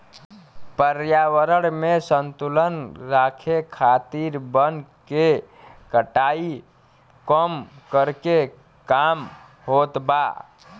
पर्यावरण में संतुलन राखे खातिर वन के कटाई कम करके काम होत बा